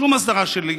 שום הסדרה שהיא,